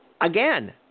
again